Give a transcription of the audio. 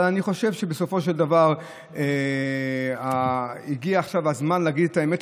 אבל אני חושב שבסופו של דבר הגיע עכשיו הזמן להגיד את האמת,